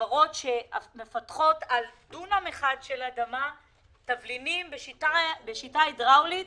בחברות שמפתחות על דונם אחד של אדמה תבלינים בשיטה הידראולית,